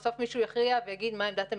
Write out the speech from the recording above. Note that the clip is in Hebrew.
בסוף מישהו יכריע ויגיד מהי עמדת המדינה.